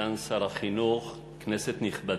סגן שר החינוך, כנסת נכבדה,